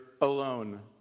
alone